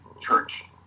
church